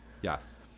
yes